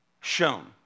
Shown